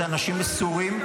אלה אנשים מסורים,